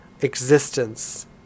existence